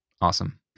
awesome